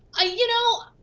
ah you know,